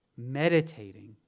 Meditating